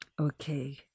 Okay